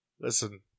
Listen